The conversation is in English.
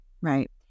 Right